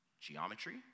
Geometry